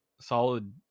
solid